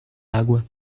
água